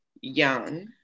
young